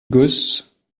gosse